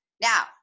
Now